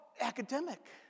academic